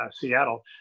Seattle